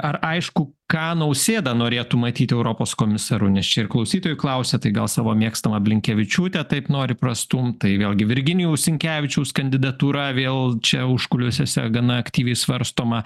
ar aišku ką nausėda norėtų matyti europos komisaru nes čia ir klausytojai klausia tai gal savo mėgstamą blinkevičiūtę taip nori prastumt tai vėlgi virginijaus sinkevičiaus kandidatūra vėl čia užkulisiuose gana aktyviai svarstoma